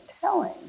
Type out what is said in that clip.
telling